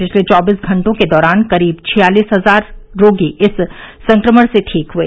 पिछले चौबीस घंटों के दौरान करीब छियालीस हजार रोगी इस संक्रमण से ठीक हुए